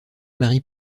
marie